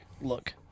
look